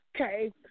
okay